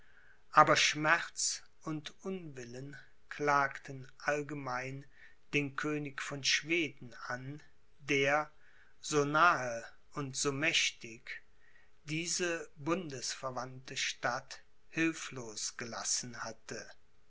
aber schmerz und unwillen klagten allgemein den könig von schweden an der so nahe und so mächtig diese bundesverwandte stadt hilflos gelassen hatte